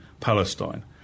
Palestine